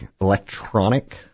electronic